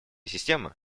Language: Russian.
система